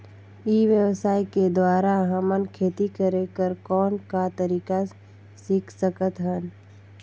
ई व्यवसाय के द्वारा हमन खेती करे कर कौन का तरीका सीख सकत हन?